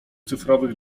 cyfrowych